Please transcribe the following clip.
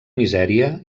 misèria